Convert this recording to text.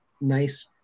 nice